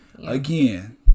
Again